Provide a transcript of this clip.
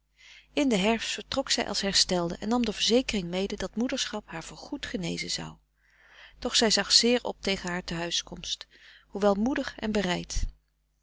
in den herfst vertrok zij als herstelde en nam de verzekering mede dat moederschap haar voor goed gefrederik van eeden van de koele meren des doods nezen zou doch zij zag zeer op tegen haar te huiskomst hoewel moedig en bereid